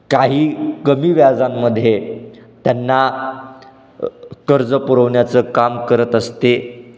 काही कमी व्याजांमध्ये त्यांना कर्ज पुरवण्याचं काम करत असते